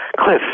cliff